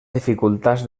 dificultats